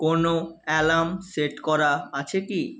কোনো alarm set করা আছে কি